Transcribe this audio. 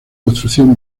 construcción